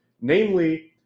Namely